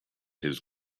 his